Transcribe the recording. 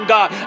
God